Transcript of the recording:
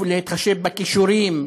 שחשוב להתחשב בכישורים,